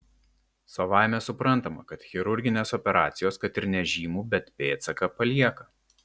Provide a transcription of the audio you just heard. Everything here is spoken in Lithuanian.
savaime suprantama kad chirurginės operacijos kad ir nežymų bet pėdsaką palieka